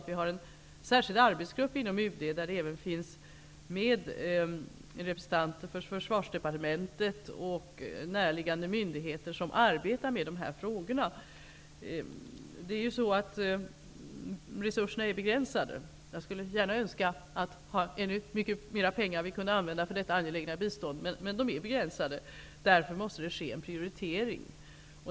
Vi har en särskild arbetsgrupp inom UD där det även finns med representanter för Försvarsdepartementet och näraliggande myndigheter som arbetar med de här frågorna. Jag skulle gärna önska att vi hade mycket mera pengar att använda för detta angelägna bistånd, men resurserna är begränsade. Därför måste det ske en prioritering.